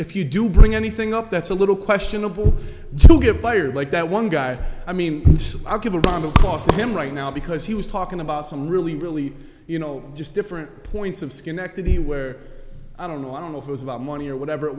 if you do bring anything up that's a little questionable to get fired like that one guy i mean i'll give obama cost him right now because he was talking about some really really you know just different points of schenectady where i don't know i don't know if it was about money or whatever it